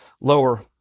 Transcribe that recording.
lower